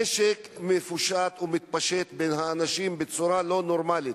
הנשק מתפשט בין האנשים בצורה לא נורמלית.